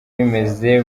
bimeze